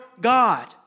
God